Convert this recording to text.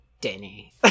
Denny